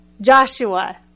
Joshua